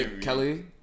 Kelly